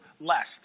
less